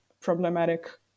problematic